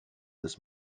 this